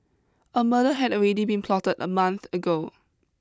a murder had already been plotted a month ago